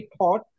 thought